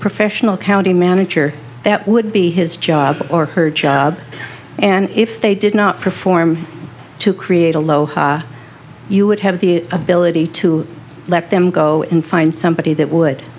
professional county manager that would be his job or her job and is if they did not perform to create aloha you would have the ability to let them go in find somebody that would